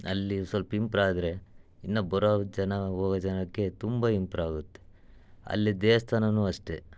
ಅಲ್ಲಿ ಸ್ವಲ್ಪ ಇಂಪ್ರೊ ಆದರೆ ಇನ್ನೂ ಬರೋ ಜನ ಹೋಗೋ ಜನಕ್ಕೆ ತುಂಬ ಇಂಪ್ರೋ ಆಗುತ್ತೆ ಅಲ್ಲಿ ದೇವಸ್ಥಾನನು ಅಷ್ಟೇ